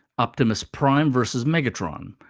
optimus prime vs. megatron,